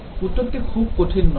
উত্তরটি খুব কঠিন নয়